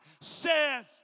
says